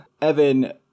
Evan